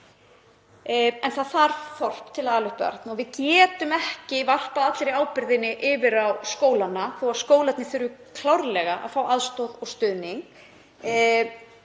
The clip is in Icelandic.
en það þarf heilt þorp til að ala upp barn og við getum ekki varpað allri ábyrgðinni yfir á skólana. Skólarnir þurfa klárlega að fá aðstoð og stuðning.